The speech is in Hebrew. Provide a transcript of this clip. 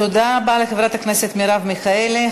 תודה רבה לחברת הכנסת מרב מיכאלי.